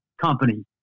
company